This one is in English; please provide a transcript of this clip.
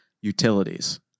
utilities